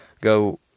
go